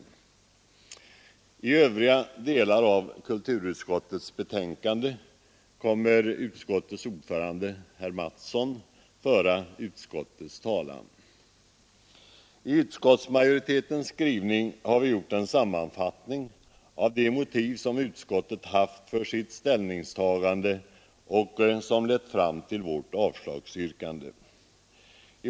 Beträffande övriga delar av kulturutskottets betänkande kommer utskottets ordförande herr Mattsson i Lane-Herrestad att föra utskottets talan. I utskottsmajoritetens skrivning har vi gjort en sammanfattning av de motiv som utskottet haft för sitt ställningstagande och som lett fram till vårt avslagsyrkande.